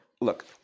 look